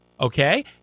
okay